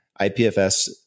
IPFS